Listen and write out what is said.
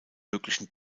möglichen